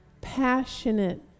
passionate